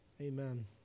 amen